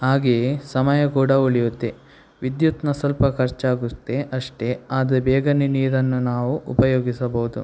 ಹಾಗೆಯೇ ಸಮಯ ಕೂಡ ಉಳಿಯುತ್ತೆ ವಿದ್ಯುತ್ತಿನ ಸ್ವಲ್ಪ ಖರ್ಚಾಗುತ್ತೆ ಅಷ್ಟೆ ಆದರೆ ಬೇಗನೆ ನೀರನ್ನು ನಾವು ಉಪಯೋಗಿಸಬೌದು